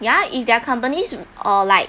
ya if their companies uh like